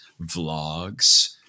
vlogs